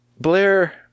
blair